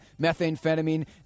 methamphetamine